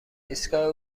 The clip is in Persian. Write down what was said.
ایستگاه